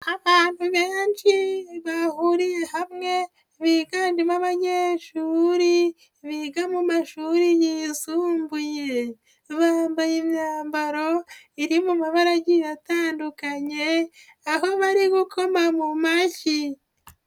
Abantu benshi bahuriye hamwe biganjemo abanyeshuri biga mu mashuri yisumbuye, bambaye imyambaro iri mu mabara agiye atandukanye, aho bari gukoma mu mashyi.